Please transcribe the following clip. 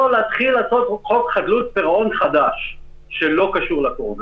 להתחיל לעשות חוק חדלות פירעון חדש שלא קשור לקורונה.